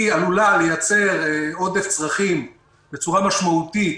היא עלולה לייצר עודף צרכים בצורה משמעותית,